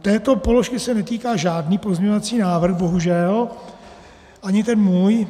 Této položky se netýká žádný pozměňovací návrh bohužel, ani ten můj.